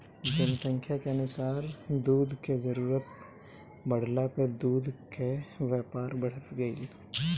जनसंख्या के अनुसार दूध कअ जरूरत बढ़ला पअ दूध कअ व्यापार बढ़त गइल